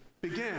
began